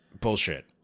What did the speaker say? bullshit